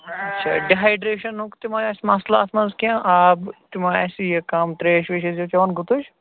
اچھا ڈِہایڈریشَنُک تِمے ٲسۍ مَسلہٕ اَتھ منٛز کیٚنٛہہ آب تِمے ٲسۍ یہِ کَم تریش ویش ٲسزیٚو یہِ چیٚوان گُتٕج